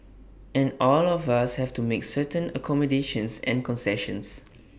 and all of us have to make certain accommodations and concessions